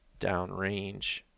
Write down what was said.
downrange